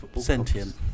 Sentient